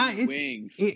wings